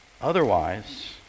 Otherwise